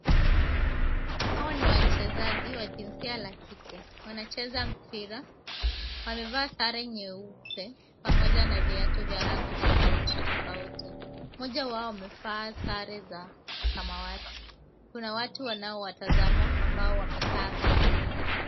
Hawa ni wachezaji wa jinsia la kike , wanacheza mpira, wamevaa sare nyeupe pamoja na viatu vya rangi tofauti tofauti. Mmoja wao amevaa sare za samawati. Kuna watu ambao wanawatazama wamekaa kando kando.